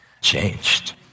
changed